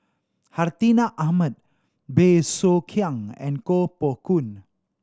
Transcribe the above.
Hartinah Ahmad Bey Soo Khiang and Koh Poh Koon